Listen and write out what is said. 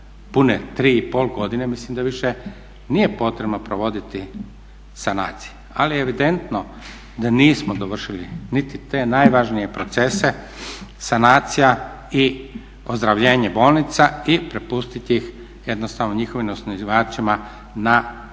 pune 3,5 godine mislim da više nije potrebno provoditi sanacije, ali evidentno da nismo dovršili niti te najvažnije procese sanacija i ozdravljenje bolnica i prepustiti ih jednostavno njihovim osnivačima na redovno